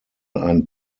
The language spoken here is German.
ein